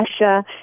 Russia